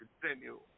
continue